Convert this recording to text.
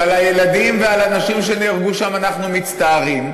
שעל הילדים ועל הנשים שנהרגו שם אנחנו מצטערים,